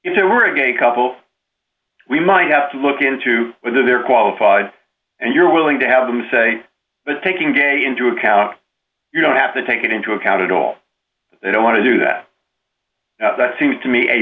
there were a gay couple we might have to look into whether they're qualified and you're willing to have them say but taking gay into account you don't have to take it into account at all they don't want to do that that seems to me a